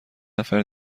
نفر